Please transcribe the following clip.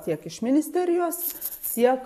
tiek iš ministerijos tiek